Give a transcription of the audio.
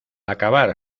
acabar